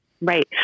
Right